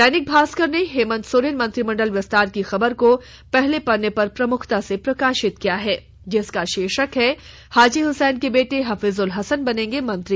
दैनिक भास्कर ने हेमंत सोरेन मंत्रीमंडल विस्तार की खबर को पहले पत्रे पर प्रमुखता से प्रकाशित किया है जिसका शीर्षक है हाजी हुसैन के बेटे हफीजुल हसन बनेंगे मंत्री